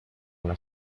una